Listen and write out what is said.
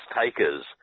takers